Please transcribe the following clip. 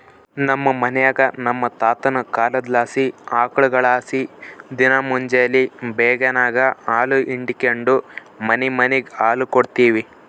ನಮ್ ಮನ್ಯಾಗ ನಮ್ ತಾತುನ ಕಾಲದ್ಲಾಸಿ ಆಕುಳ್ಗುಳಲಾಸಿ ದಿನಾ ಮುಂಜೇಲಿ ಬೇಗೆನಾಗ ಹಾಲು ಹಿಂಡಿಕೆಂಡು ಮನಿಮನಿಗ್ ಹಾಲು ಕೊಡ್ತೀವಿ